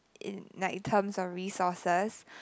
in like terms of resources